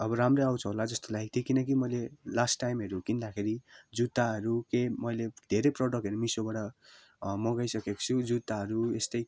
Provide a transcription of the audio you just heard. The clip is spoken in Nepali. अब राम्रै आउँछ होला जस्तो लागेको थियो किनकि मैले लास्ट टाइमहरू किन्दाखेरि जुत्ताहरू के मैले धेरै प्रडक्टहरू मिसोबाट मगाइसकेको छु जुत्ताहरू यस्तै